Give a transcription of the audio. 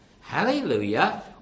Hallelujah